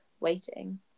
waiting